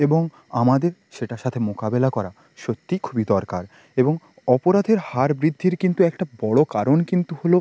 এবং আমাদের সেটার সাথে মোকাবেলা করা সত্যি খুবই দরকার এবং অপরাধের হার বৃদ্ধির কিন্তু একটা বড়ো কারণ কিন্তু হলো